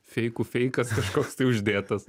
feikų feikas kažkoks tai uždėtas